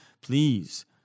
please